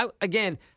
again –